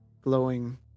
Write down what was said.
glowing